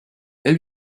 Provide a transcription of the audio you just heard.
elle